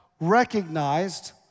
recognized